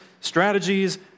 strategies